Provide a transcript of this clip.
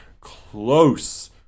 close